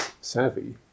savvy